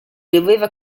doveva